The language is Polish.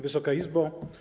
Wysoka Izbo!